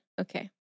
Okay